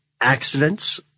accidents